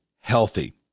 healthy